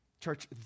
Church